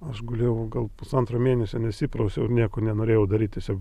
aš gulėjau gal pusantro mėnesio nesiprausiau ir nieko nenorėjau daryt tiesiog